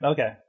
Okay